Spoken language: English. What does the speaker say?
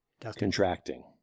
Contracting